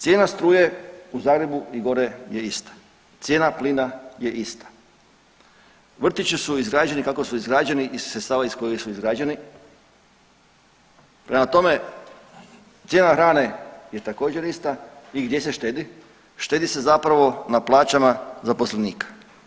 Cijena struje u Zagrebu i gore je ista, cijena plina je ista, vrtići su izgrađeni kako su izgrađeni iz sredstava iz kojih su izgrađeni, prema tome cijena hrane je također ista i gdje štedi, štedi se zapravo na plaćama zaposlenika.